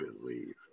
believe